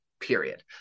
Period